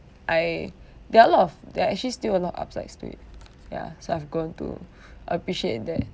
I there are a lot of there are actually still a lot of upsides to it yeah so I've grown to appreciate that